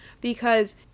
because-